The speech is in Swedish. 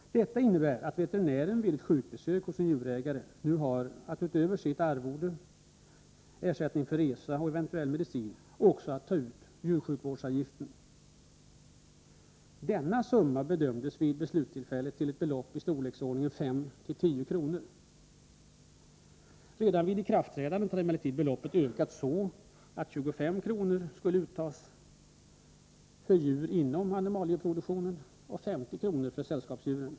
Detta innebär att veterinären vid ett sjukbesök hos en djurägare nu har att utöver arvode samt ersättning för resa och eventuell medicin ta ut djursjukvårdsavgiften. Vid beslutstillfället bedömdes denna uppgå till ett belopp i storleksordningen 5-10 kr. Redan vid systemets ikraftträdande hade emellertid beloppet ökat, så att 25 kr. skulle tas ut för djur inom animalieproduktionen och 50 kr. för sällskapsdjur.